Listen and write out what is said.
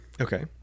Okay